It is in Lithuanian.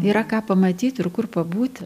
yra ką pamatyt ir kur pabūti